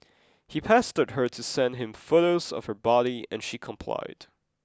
he pestered her to send him photos of her body and she complied